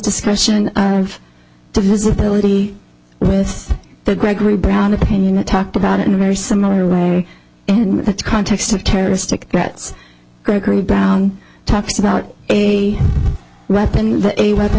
discussion of the visibility with the gregory brown opinion that talked about in a very similar way in the context of terroristic threats gregory brown talks about a weapon a weapon